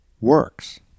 works